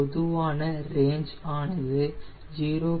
பொதுவான ரேஞ் ஆனது 0